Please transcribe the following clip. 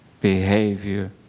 behavior